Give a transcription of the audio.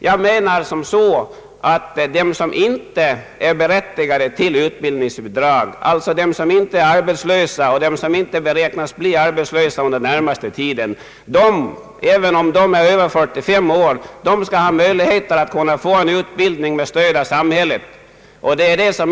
Jag anser att de som inte är berättigade till utbildningsbidrag, alltså de som inte är arbetslösa och inte beräknas bli arbetslösa under den närmaste tiden, skall ha stöd av samhället för sin utbildning även om de är över 45 år.